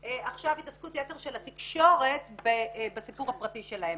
מהתעסקות יתר של התקשורת בסיפור הפרטי שלהן.